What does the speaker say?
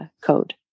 code